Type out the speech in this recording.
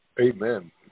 Amen